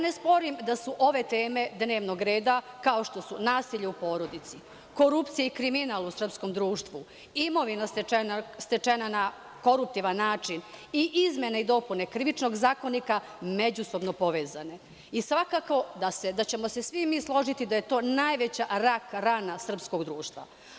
Ne sporim da su ove teme dnevnog reda, kao što su nasilje u porodici, korupcija i kriminal u srpskom društvu, imovina stečena na koruptivan način i izmene i dopune Krivičnog zakonika međusobno povezane i svakako da ćemo se svi mi složiti da je to najveća rak-rana srpskog društva.